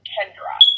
Kendra